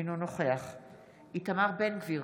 אינו נוכח איתמר בן גביר,